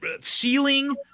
ceiling